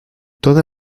todas